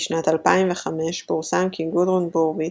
בשנת 2005 פורסם כי גודרון בורוויץ,